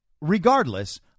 regardless